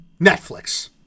Netflix